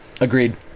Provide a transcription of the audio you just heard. Agreed